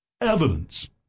evidence